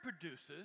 produces